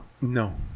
no